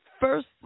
first